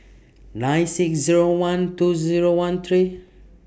nine six Zero one two Zero one three